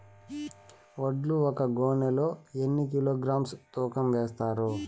వడ్లు ఒక గోనె లో ఎన్ని కిలోగ్రామ్స్ తూకం వేస్తారు?